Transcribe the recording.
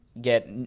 get